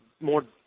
more